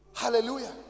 Hallelujah